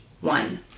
one